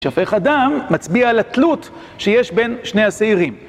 שפך אדם מצביע על התלות שיש בין שני הסעירים.